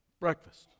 breakfast